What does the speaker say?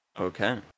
Okay